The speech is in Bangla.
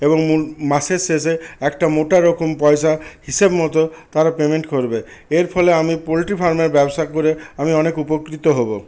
এবং মাসের শেষে একটা মোটা রকম পয়সা হিসেব মতো তারা পেমেন্ট করবে এর ফলে আমি পোলট্রি ফার্মের ব্যবসা করে আমি অনেক উপকৃত হব